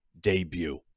debut